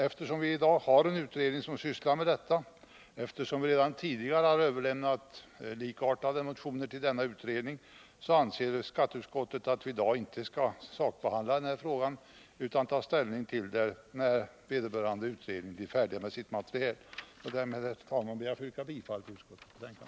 Eftersom vi i dag har en utredning som sysslar med dessa frågor och eftersom vi redan tidigare har överlämnat likartade motioner till denna utredning anser skatteutskottet att vi i dag inte skall sakbehandla frågan, utan att vi skall ta ställning till den när vederbörande utredning blir färdig med sitt material. Herr talman! Jag yrkar bifall till utskottets hemställan.